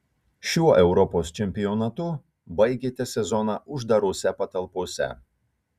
šiuo europos čempionatu baigėte sezoną uždarose patalpose